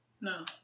No